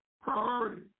priority